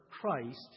Christ